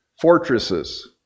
fortresses